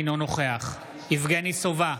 אינו נוכח יבגני סובה,